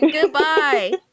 Goodbye